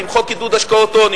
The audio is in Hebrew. עם חוק עידוד השקעות הון,